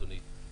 אדוני,